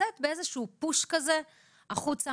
לצאת באיזשהו פוש כזה החוצה,